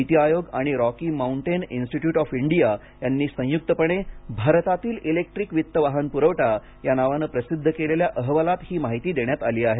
नीती आयोग आणि Rocky Mountain Institute of India यांनी संयुक्तपणे भारतातील इलेक्ट्रिक वित्त वाहन पुरवठा या नावाने प्रसिद्ध केलेल्या अहवालात ही माहिती देण्यात आली आहे